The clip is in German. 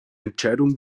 entscheidung